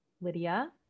Lydia